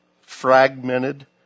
fragmented